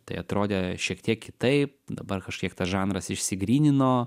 tai atrodė šiek tiek kitaip dabar kažkiek tas žanras išsigrynino